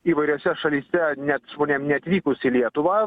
įvairiose šalyse net žmonėm neatvykus į lietuvą